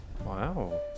Wow